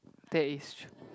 that is true